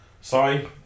Sorry